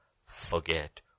forget